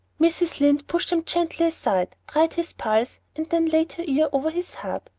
mrs. lynde pushed them gently aside, tried his pulse, and then laid her ear over his heart.